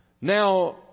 Now